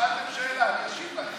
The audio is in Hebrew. שאלתם שאלה, אני אשיב לכם.